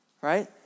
right